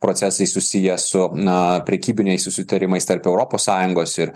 procesai susiję su na prekybiniais susitarimais tarp europos sąjungos ir